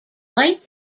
light